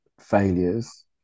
failures